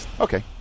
Okay